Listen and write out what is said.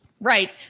Right